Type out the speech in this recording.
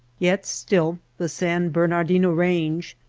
yet still the san bernardino range,